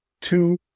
two